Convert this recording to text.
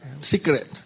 secret